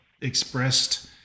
expressed